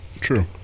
True